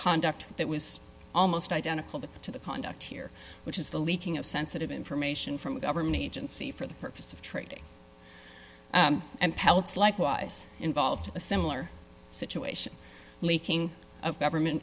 conduct that was almost identical to the conduct here which is the leaking of sensitive information from a government agency for the purpose of trading and pelts likewise involved a similar situation leaking of government